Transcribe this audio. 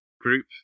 group